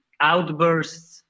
outbursts